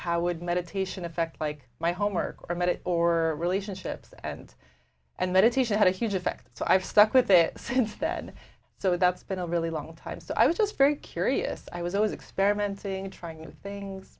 how would meditation effect like my homework or met it or relationships and and meditation had a huge effect so i've stuck with it since then so that's been a really long time so i was just very curious i was always experimenting trying new things